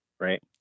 right